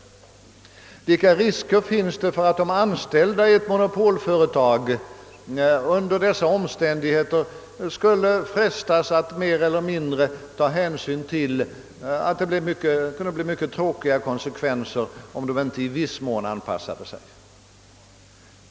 Vilka risker finns det för att de anställda i ett monopolföretag under dessa omständigheter skulle frestas att mer eller mindre ta hänsyn till att det kunde bli mycket tråkiga konsekvenser om de inte i viss mån anpassade sig?